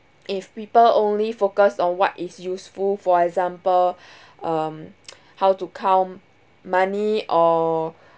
if people only focus on what is useful for example um how to count money or